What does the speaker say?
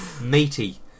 Meaty